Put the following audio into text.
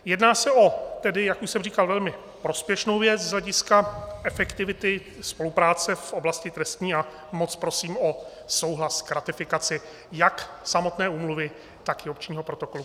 Jedná se tedy, jak už jsem říkal, o velmi prospěšnou věc z hlediska efektivity spolupráce v oblasti trestní a moc prosím o souhlas k ratifikaci jak samotné úmluvy, tak i opčního protokolu.